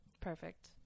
Perfect